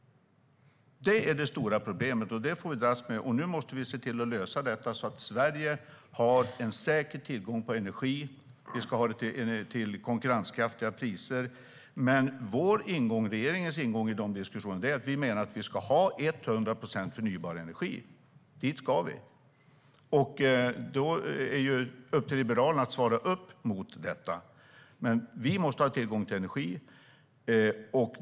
Det är det stora problemet, och det får vi dras med. Nu måste vi se till att lösa detta så att Sverige har en säker tillgång till energi, och vi ska ha det till konkurrenskraftiga priser. Regeringens ingång i diskussionerna är dock att vi menar att vi ska ha 100 procent förnybar energi. Dit ska vi. Det är upp till Liberalerna att svara upp mot detta. Vi måste ha tillgång till energi.